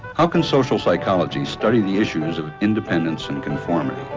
how can social psychology study the issues of independence and conformity?